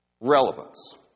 relevance